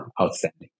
outstanding